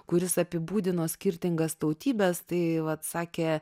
kuris apibūdino skirtingas tautybes tai vat sakė